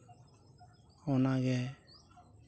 ᱚᱱᱟᱜᱮ